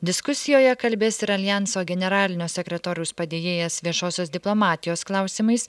diskusijoje kalbės ir aljanso generalinio sekretoriaus padėjėjas viešosios diplomatijos klausimais